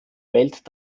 welt